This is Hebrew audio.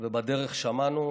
ובדרך שמענו